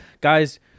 guys